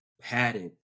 padded